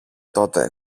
τότε